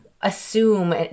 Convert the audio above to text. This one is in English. assume